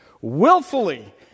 willfully